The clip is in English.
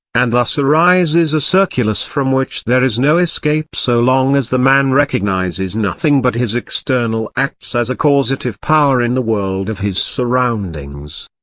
and thus arises a circulus from which there is no escape so long as the man recognises nothing but his external acts as a causative power in the world of his surroundings.